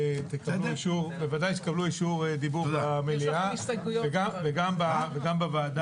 בוודאי שתקבלו אישור דיבור במליאה וגם בוועדה.